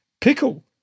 pickle